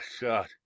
God